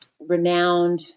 renowned